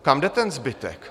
Kam jde ten zbytek?